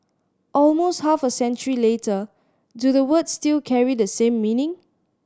almost half a century later do the words still carry the same meaning